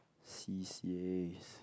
c_c_as